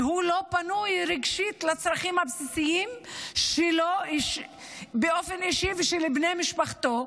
כשהוא לא פנוי רגשית לצרכים הבסיסים שלו באופן אישי ושל בני משפחתו,